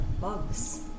bugs